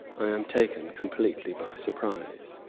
i am taken completely by surprise.